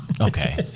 Okay